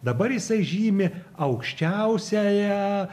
dabar jisai žymi aukščiausiąją